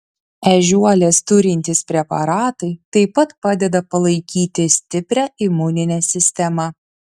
ežiuolės turintys preparatai taip pat padeda palaikyti stiprią imuninę sistemą